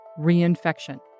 reinfection